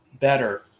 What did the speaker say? better